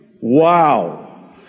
Wow